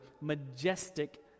majestic